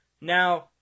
now